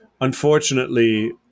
Unfortunately